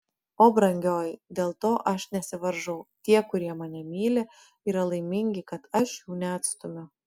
o brangioji dėl to aš nesivaržau tie kurie mane myli yra laimingi kad aš jų neatstumiu